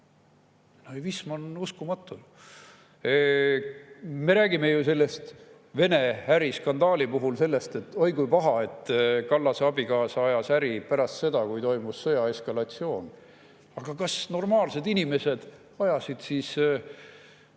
naivism on uskumatu. Me räägime selle Vene äri skandaali puhul sellest, et oi kui paha, Kallase abikaasa ajas äri pärast seda, kui toimus sõja eskalatsioon. Aga kas normaalsed inimesed ajasid, kes